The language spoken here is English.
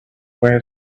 where